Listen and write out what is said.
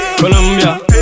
Colombia